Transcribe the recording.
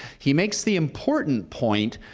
he makes the important point,